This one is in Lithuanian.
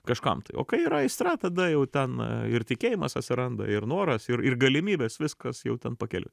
kažkam tai o kai aistra tada jau ten ir tikėjimas atsiranda ir noras ir ir galimybės viskas jau ten pakeliui